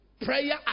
prayer